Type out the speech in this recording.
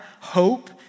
hope